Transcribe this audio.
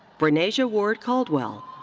brenasia ward-caldwell.